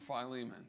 Philemon